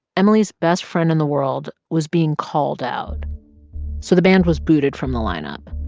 emily's best friend in the world was being called out so the band was booted from the lineup.